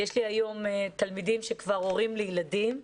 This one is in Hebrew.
יש לי היום תלמידים שהם כבר הורים לילדים.